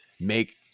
make